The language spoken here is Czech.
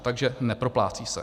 Takže neproplácí se.